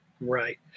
right